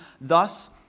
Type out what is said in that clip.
thus